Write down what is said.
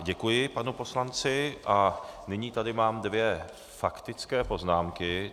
Děkuji panu poslanci a nyní tady mám dvě faktické poznámky.